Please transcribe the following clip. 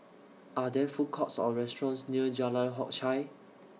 Are There Food Courts Or restaurants near Jalan Hock Chye